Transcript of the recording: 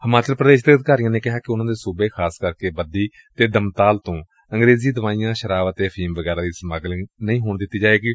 ਹਿਮਾਚਲ ਪ੍ਰਦੇਸ਼ ਦੇ ਅਧਿਕਾਰੀਆਂ ਨੇ ਕਿਹਾ ਕਿੱ ਉਨਾਂ ਦੇ ਸੁਬੇ ਖ਼ਾਸ ਕਰਕੇ ਬੱਦੀ ਅਤੇ ਦਮਤਾਲ ਤੋਂ ਅੰਗੇਰਜ਼ੀ ਦਵਾਈਆਂ ਸ਼ਰਾਬ ਅਤੇ ਅਫੀਮ ਵਗੈਰਾ ਦੀ ਸਮਗਲਿੰਗ ਨਹੀਂ ਹੋਣ ਦਿੱਤੀ ਜਾਏਗੀ